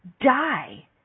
die